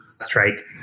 strike